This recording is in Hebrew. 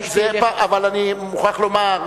אבל אני מוכרח לומר,